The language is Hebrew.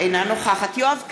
אינה נוכחת יואב קיש,